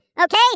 okay